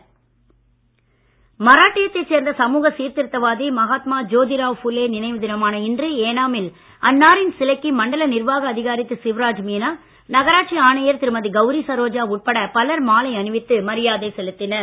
ஜோதிராவ் மராட்டியத்தைச் சேர்ந்த சமூக சீர்திருத்தவாதி மகாத்மா ஜோதிராவ் ஃபுலே நினைவு தினமான இன்று ஏனாமில் அன்னாரின் சிலைக்கு மண்டல நிர்வாக அதிகாரி திரு சிவராஜ் மீனா நகராட்சி ஆணையர் திருமதி கவுரி சரோஜா உட்பட பலர் மாலை அணிவித்து மரியாதை செலுத்தினர்